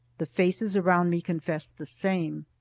the faces around me confessed the same.